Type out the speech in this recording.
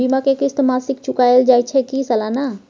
बीमा के किस्त मासिक चुकायल जाए छै की सालाना?